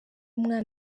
umwana